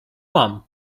mam